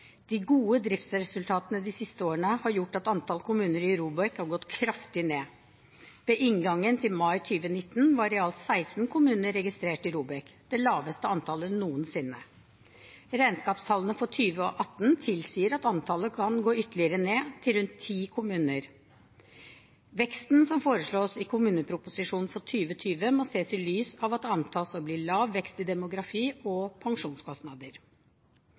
De gode driftsresultatene de siste årene har gjort at antall kommuner i ROBEK har gått kraftig ned. Ved inngangen til mai 2019 var i alt 16 kommuner registrert i ROBEK, det laveste antallet noensinne. Regnskapstallene for 2018 tilsier at antallet kan gå ytterligere ned, til rundt 10 kommuner. Veksten som foreslås i kommuneproposisjonen for 2020, må ses i lys av at det antas å bli lav vekst i demografi- og